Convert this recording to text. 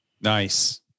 Nice